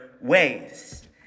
ways